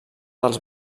dels